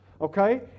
Okay